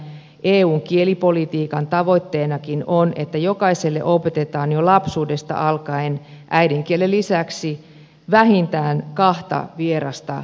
eun kielipolitiikan tavoitteenakin on että jokaiselle opetetaan jo lapsuudesta alkaen äidinkielen lisäksi vähintään kahta vierasta kieltä